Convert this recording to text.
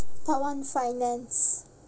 part one finance